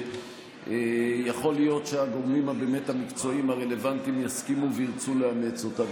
יכול להיות שהגורמים המקצועיים הרלוונטיים יסכימו וירצו לאמץ אותה.